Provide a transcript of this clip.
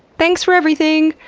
thanks for everything!